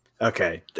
okay